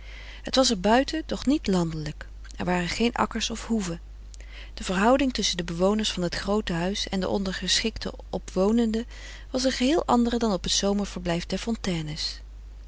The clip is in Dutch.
het was er buiten doch niet landelijk er waren geen akkers of hoeven de frederik van eeden van de koele meren des doods verhouding tusschen de bewoners van het groote huis en de ondergeschikte opwonenden was een geheel andere dan op het zomerverblijf der